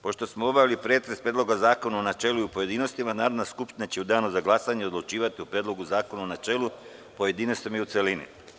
Pošto smo završili pretres Predloga zakona u načelu i pojedinostima, Narodna skupština će u danu za glasanje odlučivati o Predlogu zakona u načelu, pojedinostima i u celini.